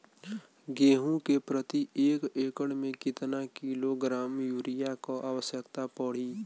गेहूँ के प्रति एक एकड़ में कितना किलोग्राम युरिया क आवश्यकता पड़ी?